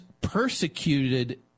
persecuted